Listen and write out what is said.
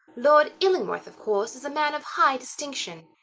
lord illingworth, of course, is a man of high distinction.